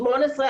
24-18,